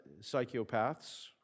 psychopaths